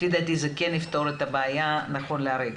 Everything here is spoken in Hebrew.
לפי דעתי זה כן יפתור את הבעיה נכון לעכשיו.